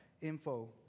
info